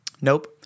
Nope